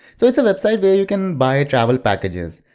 so it's a website where you can buy travel packages.